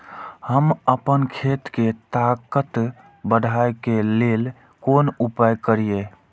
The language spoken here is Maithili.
हम आपन खेत के ताकत बढ़ाय के लेल कोन उपाय करिए?